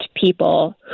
people